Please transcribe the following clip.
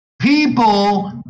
people